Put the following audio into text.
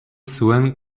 zuen